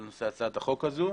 על נושא הצעת החוק הזו,